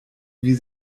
wie